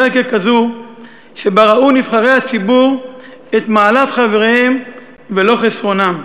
ככזו שבה ראו נבחרי הציבור את מעלת חבריהם ולא חסרונם,